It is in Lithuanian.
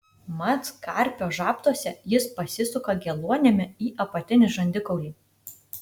mat karpio žabtuose jis pasisuka geluonimi į apatinį žandikaulį